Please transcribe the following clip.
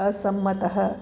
असम्मतः